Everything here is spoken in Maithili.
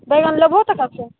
बैगन लेबहो तऽ कते